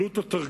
3. עלות התרגיל,